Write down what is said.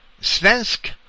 Svensk